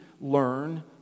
learn